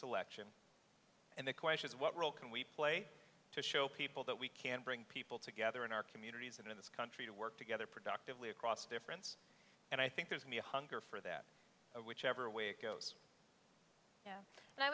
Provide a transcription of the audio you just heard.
election and the question is what role can we play to show people that we can bring people together in our communities and in this country to work together productively across difference and i think there's me a hunger for that whichever way it goes